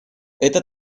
это